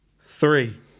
Three